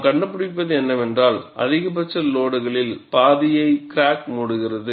நாம் கண்டுபிடிப்பது என்னவென்றால் அதிகபட்ச லோடுகளில் பாதியை கிராக் மூடுகிறது